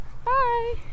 Bye